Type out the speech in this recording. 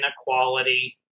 inequality